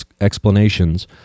explanations